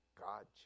God